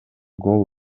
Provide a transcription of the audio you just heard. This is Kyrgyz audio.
гол